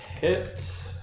hit